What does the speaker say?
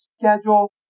schedule